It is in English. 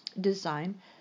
design